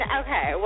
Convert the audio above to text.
okay